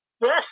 Yes